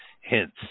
hints